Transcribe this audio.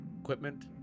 Equipment